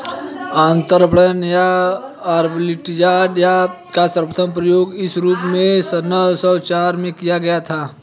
अंतरपणन या आर्बिट्राज का सर्वप्रथम प्रयोग इस रूप में सत्रह सौ चार में किया गया था